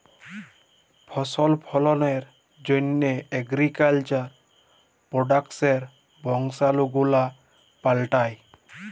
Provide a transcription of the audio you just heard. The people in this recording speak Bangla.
ফসল ফললের জন্হ এগ্রিকালচার প্রডাক্টসের বংশালু গুলা পাল্টাই